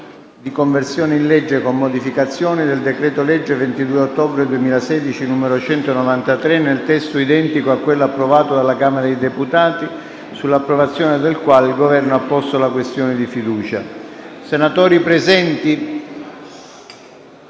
di conversione in legge, con modificazioni, del decreto-legge 22 ottobre 2016, n. 193, nel testo identico a quello approvato dalla Camera dei deputati, sull'approvazione del quale il Governo ha posto la questione di fiducia: ||